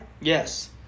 Yes